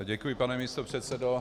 Děkuji, pane místopředsedo.